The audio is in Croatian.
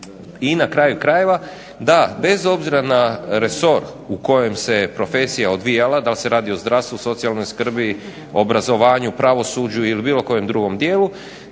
I na kraju krajeva, da bez obzira na resor u kojem se profesija odvijala, da li se radi o zdravstvu, socijalnoj skrbi, obrazovanju, pravosuđu ili bilo kojem drugom dijelu